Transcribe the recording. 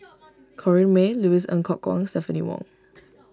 Corrinne May Louis Ng Kok Kwang Stephanie Wong